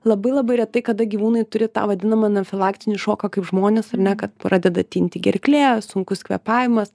labai labai retai kada gyvūnai turi tą vadinamą anafilaksinį šoką kaip žmonės ar ne kad pradeda tinti gerklė sunkus kvėpavimas